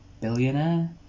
billionaire